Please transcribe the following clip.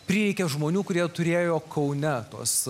prireikė žmonių kurie turėjo kaune tos